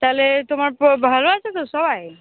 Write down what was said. তাহলে তোমার পো ভালো আছে তো সবাই